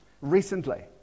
recently